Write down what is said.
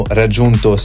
raggiunto